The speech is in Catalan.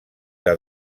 que